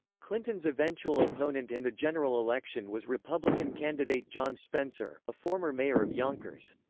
clinton's eventual opponent in the general election was republican candidate john spencer a former mayor of yonkers.